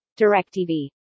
DIRECTV